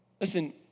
Listen